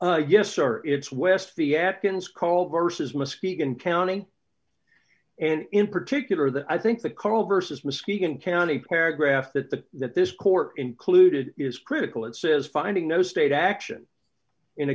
yes or it's west of the atkins call versus muskegon county and in particular that i think that carl versus muskegon county paragraph that the that this court included is critical it says finding no state action in a